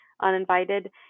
uninvited